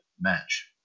match